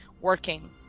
working